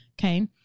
okay